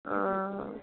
हां